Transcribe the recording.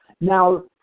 Now